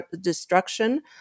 destruction